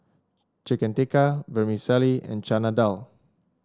Chicken Tikka Vermicelli and Chana Dal